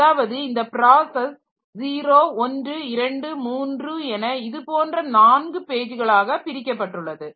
அதாவது இந்த ப்ராசஸ் 0123 என இதுபோன்ற 4 பேஜ்களாக பிரிக்கப்பட்டுள்ளது